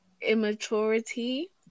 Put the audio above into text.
immaturity